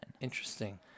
Interesting